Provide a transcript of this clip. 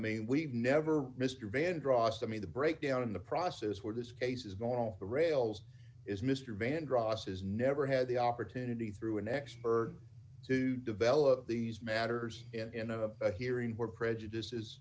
mean we've never risk vandross i mean the breakdown in the process where this case is going off the rails is mr vandross has never had the opportunity through an expert to develop these matters in a hearing where prejudice